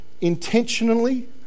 intentionally